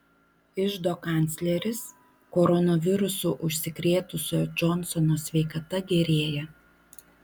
iždo kancleris koronavirusu užsikrėtusio džonsono sveikata gerėja